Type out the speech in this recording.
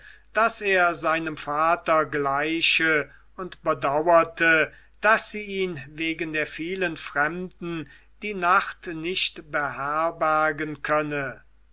daß er seinem vater gleiche und bedauerte daß sie ihn wegen der vielen fremden die nacht nicht beherbergen könne